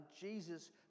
Jesus